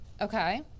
Okay